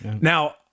Now